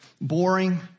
boring